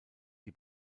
die